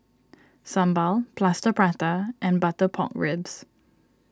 Sambal Plaster Prata and Butter Pork Ribs